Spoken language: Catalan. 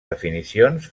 definicions